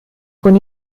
con